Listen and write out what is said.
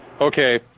Okay